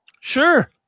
sure